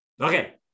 Okay